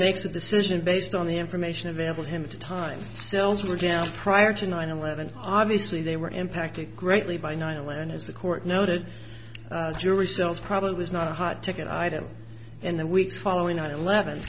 makes a decision based on the information available to him to time cells were down prior to nine eleven obviously they were impacted greatly by nine eleven as the court noted jury cells probably was not a hot ticket item in the weeks following nine eleven